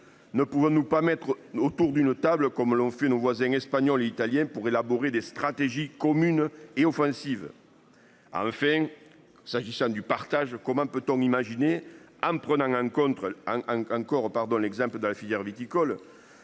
Ne pouvons-nous pas mettre autour d'une table comme l'ont fait nos voisins espagnols et italiens pour élaborer des stratégies communes et offensive. Enfin, s'agissant du partage. Comment peut-on imaginer en prenant en contre un, un corps pardon. L'exemple de la filière viticole